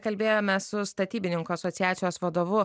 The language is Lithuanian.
kalbėjomės su statybininkų asociacijos vadovu